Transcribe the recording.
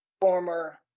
former